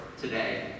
today